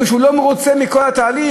כי הוא לא מרוצה מכל התהליך,